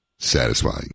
Satisfying